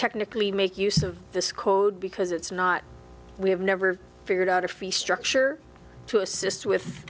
technically make use of this code because it's not we have never figured out a fee structure to assist with